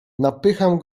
napycham